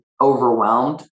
overwhelmed